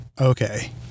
okay